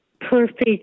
perfect